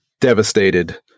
devastated